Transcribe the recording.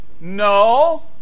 No